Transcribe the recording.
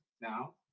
Now